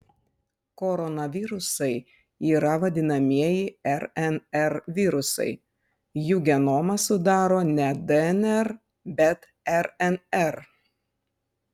koronavirusai yra vadinamieji rnr virusai jų genomą sudaro ne dnr bet rnr